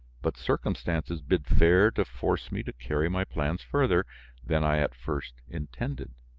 but circumstances bid fair to force me to carry my plans farther than i at first intended.